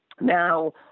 Now